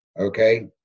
okay